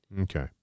Okay